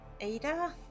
Ada